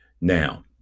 Now